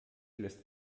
lässt